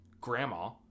grandma